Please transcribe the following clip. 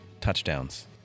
touchdowns